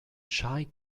shy